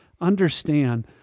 understand